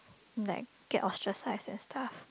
like get ostracised and stuff